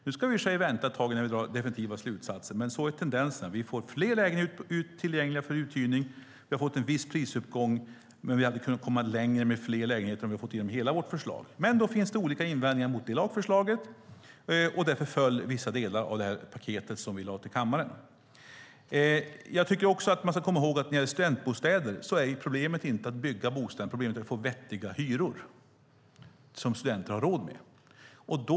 Nu ska vi i och för sig vänta ett tag innan vi drar några definitiva slutsatser, men tendensen är att vi får fler lägenheter tillgängliga för uthyrning, och vi har fått en viss prisuppgång. Vi hade kunnat komma längre, fått fler lägenheter, om vi fått igenom hela vårt förslag. Men det fanns invändningar mot det lagförslaget, och därför föll vissa delar av det paket som vi lade fram inför kammaren. När det gäller studentbostäder ska man komma ihåg att problemet inte är att bygga bostäder. Problemet är att få vettiga hyror som studenterna har råd med.